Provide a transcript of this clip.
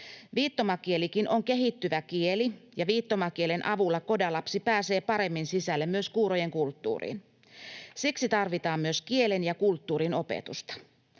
Viittomakielikin on kehittyvä kieli, ja viittomakielen avulla CODA-lapsi pääsee paremmin sisälle myös kuurojen kulttuuriin. Siksi tarvitaan myös kielen ja kulttuurin opetusta.